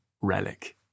relic